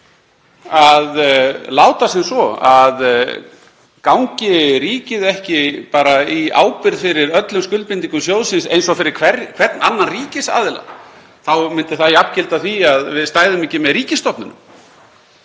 að láta sem svo að gangi ríkið ekki bara í ábyrgð fyrir öllum skuldbindingum sjóðsins eins og fyrir hvern annan ríkisaðila þá myndi það jafngilda því að við stæðum ekki með ríkisstofnunum